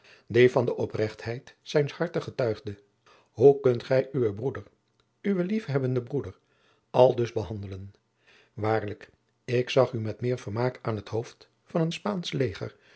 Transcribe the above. die van de oprechtheid zijns harte getuigden hoe kunt gij uwen broeder uwen liefhebbenden broeder aldus behandelen waarlijk ik zag u met meer vermaak aan t hoofd van een spaansch leger